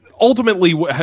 ultimately